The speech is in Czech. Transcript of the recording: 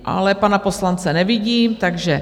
Ale pana poslance nevidím, takže...